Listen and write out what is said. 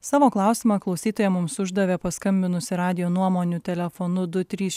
savo klausimą klausytoja mums uždavė paskambinusi radijo nuomonių telefonu du trys